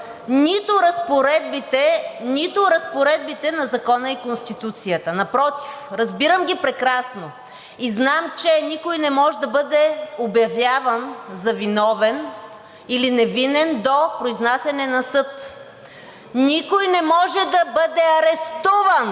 нито разпоредбите на Закона и Конституцията. Напротив, разбирам ги прекрасно и знам, че никой не може да бъде обявяван за виновен или невинен до произнасяне на съда. Никой не може да бъде арестуван